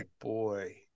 boy